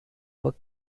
were